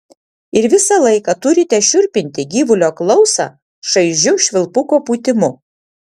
ir visą laiką turite šiurpinti gyvulio klausą šaižiu švilpuko pūtimu